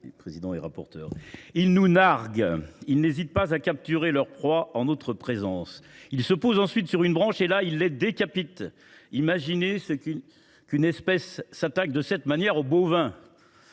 Philippe Grosvalet. « Ils nous narguent. Ils n’hésitent pas à capturer leur proie en notre présence. Ils se posent ensuite sur une branche et là, ils les décapitent. Imaginez qu’une espèce s’attaque de cette manière aux bovins.